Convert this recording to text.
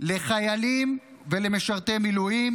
לחיילים ולמשרתי מילואים,